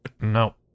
No